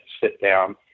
sit-down